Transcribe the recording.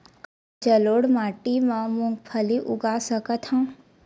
का मैं जलोढ़ माटी म मूंगफली उगा सकत हंव?